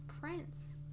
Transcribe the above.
prince